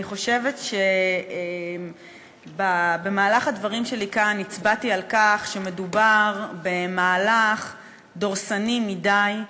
אני חושבת שבמהלך הדברים שלי כאן הצבעתי על כך שמדובר במהלך דורסני מדי,